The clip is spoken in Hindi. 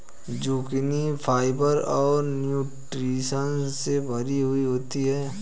जुकिनी फाइबर और न्यूट्रिशंस से भरी हुई होती है